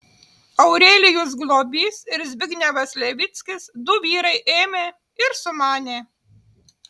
aurelijus globys ir zbignevas levickis du vyrai ėmė ir sumanė